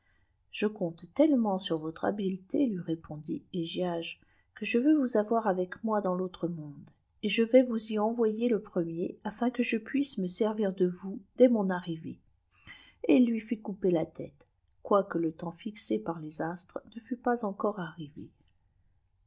je ompte tellement sur votr habileté lui répondit heggiage que je veux vous avoir avec tnoi dans l'autre monde et je taâs vous y envoyw iè premier afin que je puisse me mfvér de vmis dès mon arrivée et il lui fit couper la tête quoique le temps fixé par les rtïe ne fet pas encore arrivé